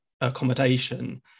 accommodation